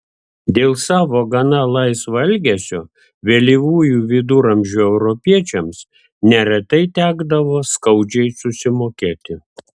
dėl savo gana laisvo elgesio vėlyvųjų viduramžių europiečiams neretai tekdavo skaudžiai susimokėti